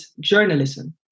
journalism